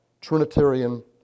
Trinitarian